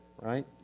right